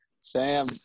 Sam